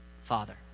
father